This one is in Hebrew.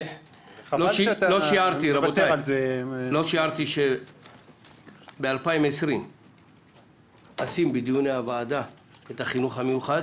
לא שיערתי שב-2020 אשים בדיוני הוועדה את החינוך המיוחד